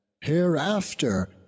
Hereafter